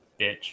Bitch